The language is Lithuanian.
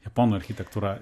japonų architektūra